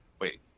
Wait